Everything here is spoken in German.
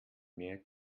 mehr